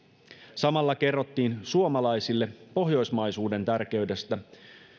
samalla kerrottiin suomalaisille pohjoismaisuuden tärkeydestä